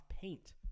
Paint